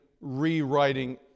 rewriting